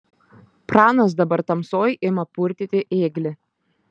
pranas dabar tamsoj ima purtyti ėglį